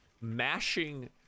mashing